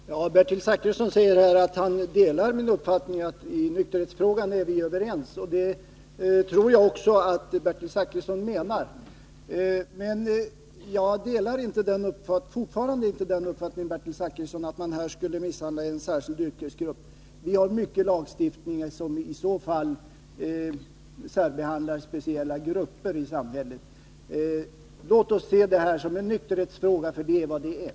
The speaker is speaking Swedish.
Herr talman! Bertil Zachrisson säger att han delar min uppfattning och att vi är överens när det gäller nykterhetsfrågan. Det tror jag att han också menar. Men jag kan fortfarande inte instämma i vad Bertil Zachrisson sade om att man här skulle särbehandla en speciell yrkesgrupp. Vi har i så fall lagstiftning på många andra områden som särbehandlar vissa grupper i samhället. Låt oss se detta som en trafiksäkerhetsoch nykterhetsfråga, för det är vad saken gäller.